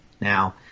now